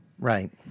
Right